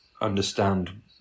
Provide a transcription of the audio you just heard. understand